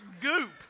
goop